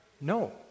No